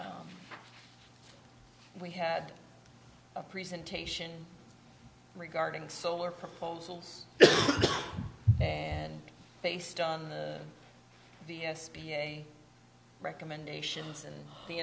we had a presentation regarding solar proposals and based on the the s b a recommendations and the